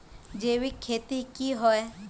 जैविक खेती की होय?